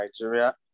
Nigeria